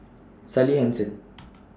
Sally Hansen